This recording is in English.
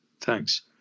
Thanks